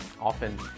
Often